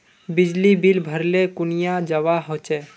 बिजली बिल भरले कुनियाँ जवा होचे?